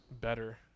better